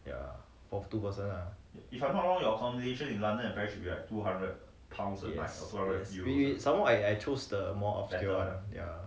ya for two person lah yes yes we some more I I chose the more option one ya